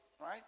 right